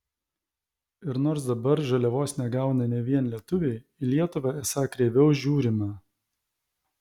ir nors dabar žaliavos negauna ne vien lietuviai į lietuvą esą kreiviau žiūrima